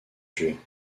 tués